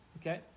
Okay